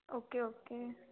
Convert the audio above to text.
okay okay